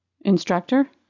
instructor